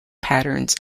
patterns